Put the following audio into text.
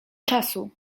czasu